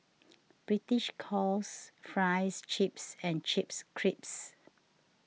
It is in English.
the British calls Fries Chips and Chips Crisps